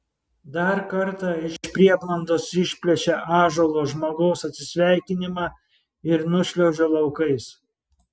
dar kartą iš prieblandos išplėšia ąžuolo žmogaus atsisveikinimą ir nušliaužia laukais